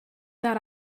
that